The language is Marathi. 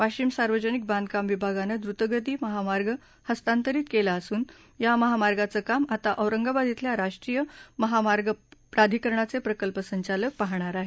वाशिम सार्वजनिक बांधकाम विभागानं द्रतगती महामार्ग हस्तांतरित केला असून या महामार्गाचं काम आता औरंगाबाद इथल्या राष्ट्रीय महामार्ग प्राधिकरणाचे प्रकल्प संचालक पाहणार आहेत